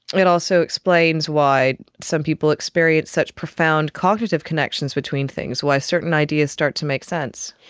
it also explains why some people experience such profound cognitive connections between things, why certain ideas start to make sense.